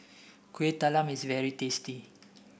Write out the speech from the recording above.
Kueh Talam is very tasty